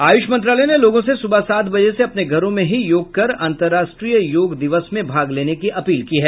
आयुष मंत्रालय ने लोगों से सुबह सात बजे से अपने घरों में ही योग कर अन्तर्राष्ट्रीय योग दिवस में भाग लेने की अपील की है